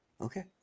Okay